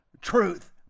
truth